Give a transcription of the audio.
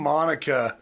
Monica